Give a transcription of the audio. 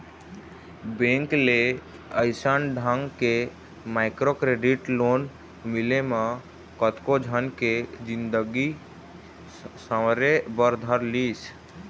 bank ले अइसन ढंग के माइक्रो क्रेडिट लोन मिले म कतको झन के जिनगी सँवरे बर धर लिस